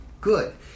good